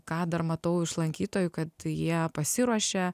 ką dar matau iš lankytojų kad jie pasiruošia